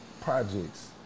projects